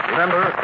Remember